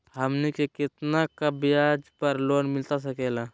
हमनी के कितना का ब्याज पर लोन मिलता सकेला?